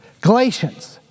Galatians